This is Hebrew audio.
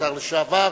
השר לשעבר,